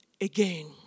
again